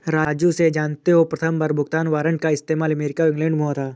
राजू से जानते हो प्रथमबार भुगतान वारंट का इस्तेमाल अमेरिका और इंग्लैंड में हुआ था